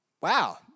Wow